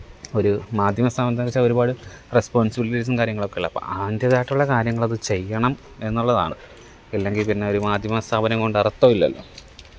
ഒരു മാധ്യമ സ്ഥാപനത്തിനെന്ന് വെച്ചാൽ ഒരുപാട് റെസ്പോണ്സിബിളിറ്റീസും കാര്യങ്ങളൊക്കെ ഉള്ള അപ്പം ആന്റെതായിട്ടുള്ള കാര്യങ്ങളത് ചെയ്യണം എന്നുള്ളതാണ് ഇല്ലെങ്കില് പിന്നൊരു മാധ്യമ സ്ഥാപനം കൊണ്ടര്ത്ഥവില്ലല്ലോ